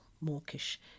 mawkish